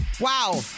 Wow